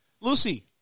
Lucy